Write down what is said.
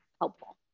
helpful